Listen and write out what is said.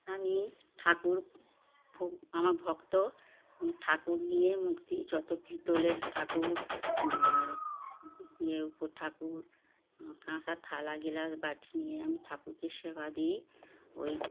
আমি ঠাকুর ভো আমার ভক্ত আমি ঠাকুর নিয়ে মুর্তি যত পিতলের ঠাকুর বা ইয়ে ঠাকুর কাঁসার থালা গ্লাস বাটি নিয়ে আমি ঠাকুরকে সেবা দিই ওই